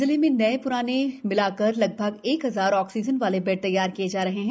जिले में नए पुराने मिलाकर लगभग एक हजार आक्सीजन वाले बेड तैयार किये जा रहे हैं